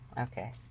okay